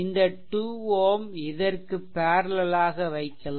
இந்த 2 Ω இதற்கு பேர்லெல் ஆக வைக்கலாம்